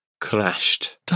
crashed